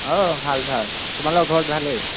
অ ভাল ভাল তোমালোকৰ ঘৰত ভালেই